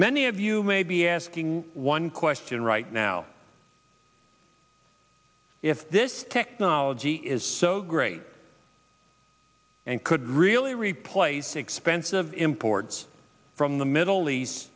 many of you may be asking one question right now if this technology is so great and could really replace expensive imports from the middle east